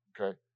okay